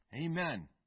Amen